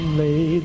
lay